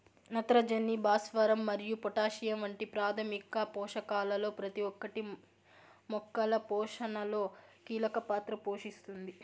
నత్రజని, భాస్వరం మరియు పొటాషియం వంటి ప్రాథమిక పోషకాలలో ప్రతి ఒక్కటి మొక్కల పోషణలో కీలక పాత్ర పోషిస్తుంది